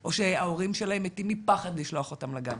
או שההורים שלהם מתים מפחד לשלוח אותם לגן.